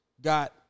got